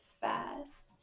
fast